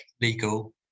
legal